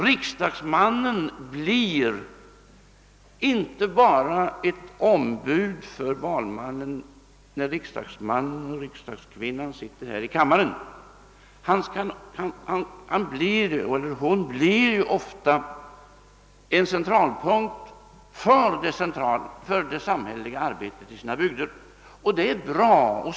Riksdagsmannen blir inte bara ett ombud för valmännen när riksdagsmannen — eller riksdagskvinnan — sitter här i kammaren; han eller hon blir ofta en centralpunkt för det samhälleliga arbetet i sina bygder.